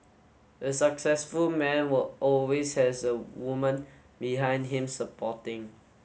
a successful man will always has a woman behind him supporting